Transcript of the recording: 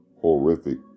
horrific